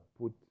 put